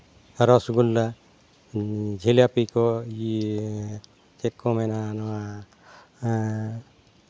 ᱨᱚᱥᱜᱩᱞᱞᱟ ᱡᱤᱞᱟᱹᱯᱤ ᱠᱚ ᱪᱮᱫ ᱠᱚ ᱢᱮᱱᱟ ᱱᱚᱣᱟ